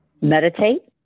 meditate